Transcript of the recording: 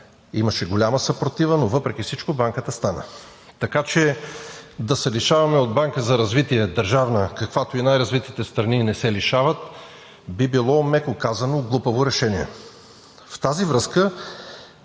Имаше голяма съпротива, но въпреки всичко Банката стана. Така че да се лишаваме от Банка за развитие – държавна, от каквато и най-развитите страни не се лишават, би било, меко казано, глупаво решение. В тази връзка